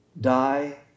die